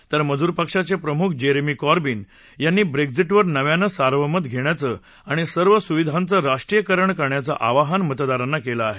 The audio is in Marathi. तर मजूर पक्षाचे प्रमुख जेरेमी कॉर्बीन यांनी ब्रेक्झिटवर नव्यानं सार्वमत घेण्याचं आणि सर्व सुविधांचं राष्ट्रीयकरण करण्याचं आवाहन मतदारांना केलं आहे